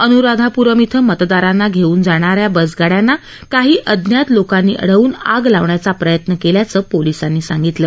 अन्राधाप्रम इथं मतदारांना घेऊन जाणा या बसगाइयांना काही अज्ञात लोकांनी अडवून आग लावण्याचा प्रयत्न केल्याच पोलिसांनी सांगितलं